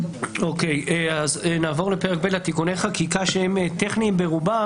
נעבור לפרק ב', תיקוני חקיקה שהם טכניים ברובם.